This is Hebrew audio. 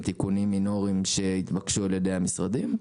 עם תיקונים מינוריים שהתבקשו על ידי משרדים.